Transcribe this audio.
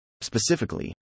Specifically